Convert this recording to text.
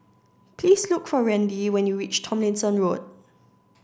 please look for Randi when you reach Tomlinson Road